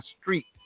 street